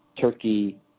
turkey